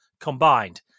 combined